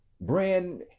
brand